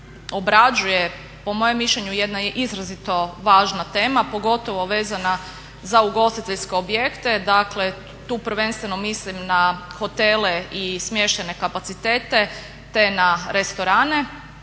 obrađuje po mojem mišljenju jedna izrazito važna tema, pogotovo vezana za ugostiteljske objekte. Dakle tu prvenstveno mislim na hotele i smještajne kapacitete te na restorane